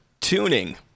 tuning